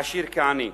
עשיר כעני.